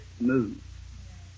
move